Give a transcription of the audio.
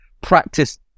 Practice